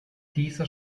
dieser